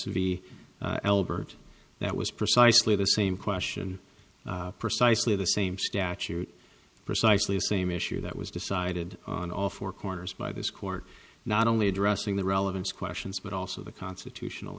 elbert that was precisely the same question precisely the same statute precisely same issue that was decided on all four corners by this court not only addressing the relevant questions but also the constitutional